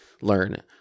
learn